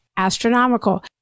astronomical